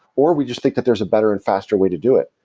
or we just think that there's a better and faster way to do it,